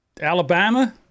Alabama